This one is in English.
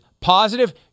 Positive